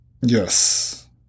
Yes